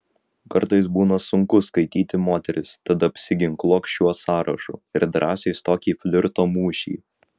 kartais būna sunku skaityti moteris tad apsiginkluok šiuo sąrašu ir drąsiai stok į flirto mūšį